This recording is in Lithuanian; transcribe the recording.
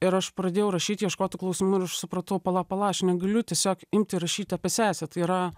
ir aš pradėjau rašyt ieškot tų klausimų ir aš supratau pala pala aš negaliu tiesiog imti rašyti apie sesę tai yra